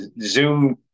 Zoom